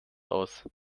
aus